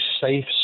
safe